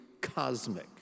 cosmic